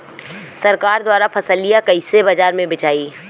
सरकार द्वारा फसलिया कईसे बाजार में बेचाई?